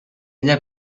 ella